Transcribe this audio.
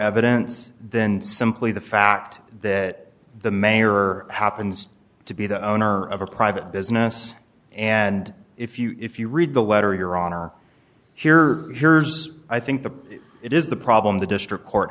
evidence than simply the fact that the mayor happens to be the owner of a private business and if you if you read the letter your honor here here's i think the it is the problem the district court